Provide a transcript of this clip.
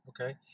Okay